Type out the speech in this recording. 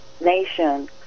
nation